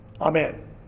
Amen